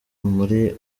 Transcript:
muri